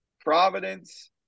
Providence